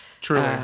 true